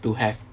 to have